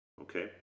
Okay